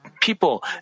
people